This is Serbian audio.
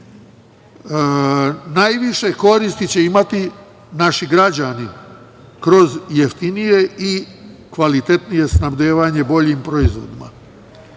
najviše koristi će imati naši građani kroz jeftinije i kvalitetnije snabdevanje boljim proizvodima. Zato